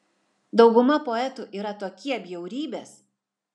dauguma poetų yra tokie bjaurybės